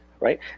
right